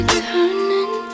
turning